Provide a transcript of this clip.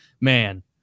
man